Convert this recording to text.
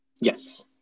Yes